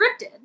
scripted